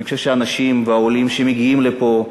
אני חושב שאנשים ועולים שמגיעים לפה,